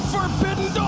Forbidden